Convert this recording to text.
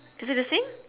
is it the same